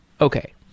Okay